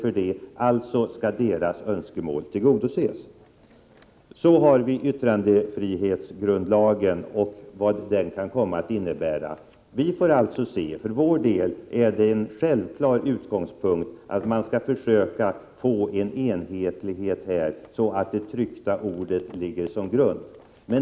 När det gäller yttrandefrihetsgrundlagen och vad den kan komma att innebära vill jag framhålla att det för vår del är en självklar utgångspunkt att man skall försöka åstadkomma enhetlighet så att lagstiftningen för det tryckta ordet ligger såsom grund.